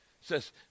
says